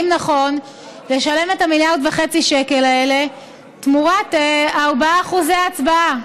אם נכון לשלם את המיליארד וחצי שקל האלה תמורת 4% הצבעה.